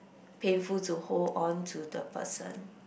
painful to hold on to the person